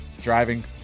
driving